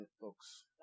folks